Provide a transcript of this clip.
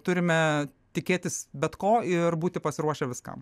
turime tikėtis bet ko ir būti pasiruošę viskam